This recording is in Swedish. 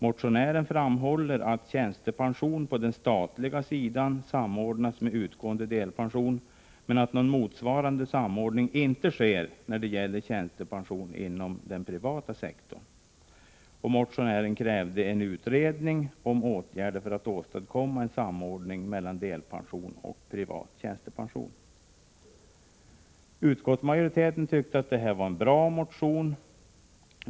Motionären framhöll att tjänstepension på den statliga sidan samordnas med utgående delpension men att någon motsvarande samordning inte sker när det gäller tjänstepension inom den privata sektorn. Motionären krävde en utredning om åtgärder för att åstadkomma en samordning mellan delpension och privat tjänstepension. Utskottsmajoriteten tyckte att det var en bra motion.